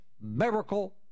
miracle